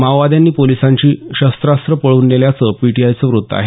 माओवाद्यांनी पोलिसांची शस्त्रास्न पळवून नेल्याचं पीटीआयचं वृत्त आहे